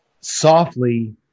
softly